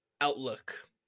outlook